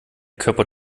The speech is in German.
körper